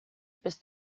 bis